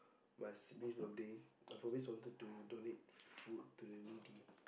must this birthday I've always wanted to donate food to the needy